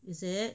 is it